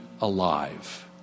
alive